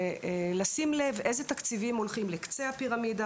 ולשים לב אילו תקציבים הולכים לקצה הפירמידה,